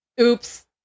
oops